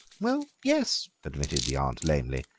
well, yes, admitted the aunt lamely,